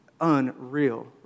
unreal